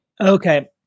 okay